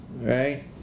right